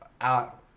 out